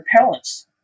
repellents